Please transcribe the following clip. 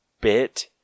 bit